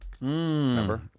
Remember